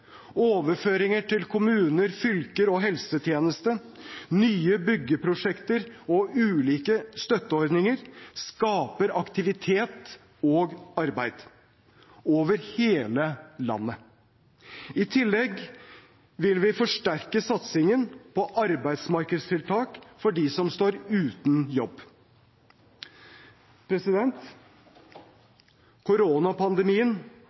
overføringer til kommuner, fylker og helsetjenester, nye byggeprosjekter og ulike støtteordninger skaper aktivitet og arbeid over hele landet. I tillegg vil vi forsterke satsingen på arbeidsmarkedstiltak for dem som står uten jobb. Koronapandemien